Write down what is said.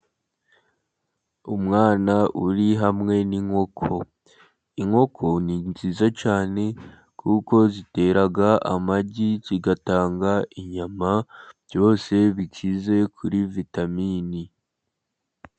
Umwana uri hamwe n'inkoko. Inkoko ni nziza cyane kuko zitera amagi, zigatanga inyama, byose bikize kuri vitamine.